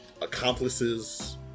accomplices